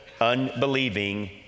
unbelieving